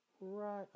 Right